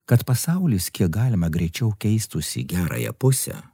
kad pasaulis kiek galima greičiau keistųsi į gerąją pusę